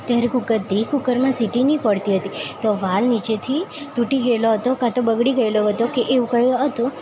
ત્યારે કૂકર તે કૂકરમાં સિટી નહીં પડતી હતી તો વાલ્વ નીચેથી તૂટી ગયેલો હતો કાંતો બગડી ગયેલો હતો કે એવું કંઇ હતું